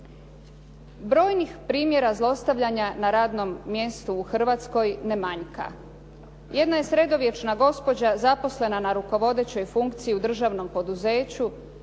Brojnih primjera zlostavljanja na radnom mjestu u Hrvatskoj ne manjka. Jedna je sredovječna gospođa zaposlena na rukovodećoj funkciji u državnom poduzeću